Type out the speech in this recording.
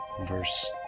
Verse